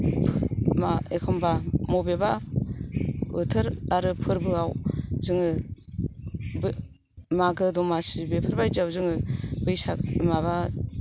एखम्बा बबेबा बोथोर आरो फोर्बोआव जोङो मागो दमासि बेफोरबादियाव जोङो बैसाग माबा